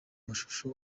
mashusho